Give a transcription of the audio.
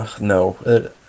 No